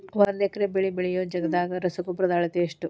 ಒಂದ್ ಎಕರೆ ಬೆಳೆ ಬೆಳಿಯೋ ಜಗದಾಗ ರಸಗೊಬ್ಬರದ ಅಳತಿ ಎಷ್ಟು?